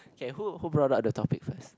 K who who brought up the topic first